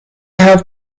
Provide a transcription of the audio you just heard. have